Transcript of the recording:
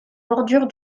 bordure